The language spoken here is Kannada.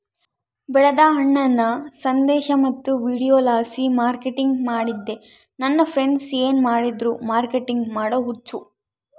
ಬೆಳೆದ ಹಣ್ಣನ್ನ ಸಂದೇಶ ಮತ್ತು ವಿಡಿಯೋಲಾಸಿ ಮಾರ್ಕೆಟಿಂಗ್ ಮಾಡ್ತಿದ್ದೆ ನನ್ ಫ್ರೆಂಡ್ಸ ಏನ್ ಮಾಡಿದ್ರು ಮಾರ್ಕೆಟಿಂಗ್ ಮಾಡೋ ಹುಚ್ಚು